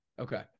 Okay